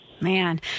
Man